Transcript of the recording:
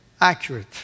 accurate